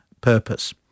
purpose